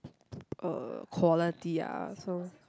uh quality ah so